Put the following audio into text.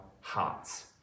hearts